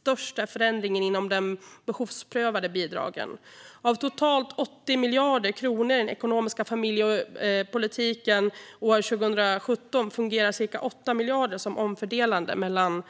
Störst är förändringen inom de behovsprövade bidragen. Av totalt 80 miljarder kronor i den ekonomiska familjepolitiken 2017 fungerar ca 8 miljarder som omfördelande mellan